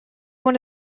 one